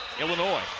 Illinois